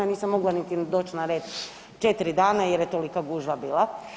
Nisam mogla niti doći na red 4 dana jer je tolika gužva bila.